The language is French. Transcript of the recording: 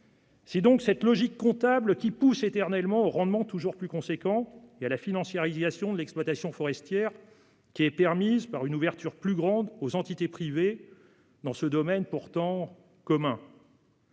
C'est donc cette logique comptable, poussant au demeurant éternellement aux rendements toujours plus considérables et à la financiarisation de l'exploitation forestière, qui est permise par une ouverture toujours plus grande aux entités privées dans ce domaine pourtant commun.